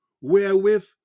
wherewith